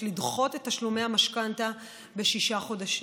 לדחות את תשלומי המשכנתה בשישה חודשים.